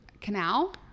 canal